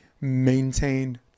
maintained